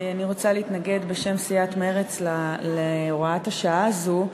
אני רוצה להתנגד בשם סיעת מרצ להוראת השעה הזאת.